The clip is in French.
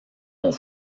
ont